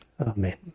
Amen